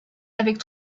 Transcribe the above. avec